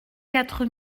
quatre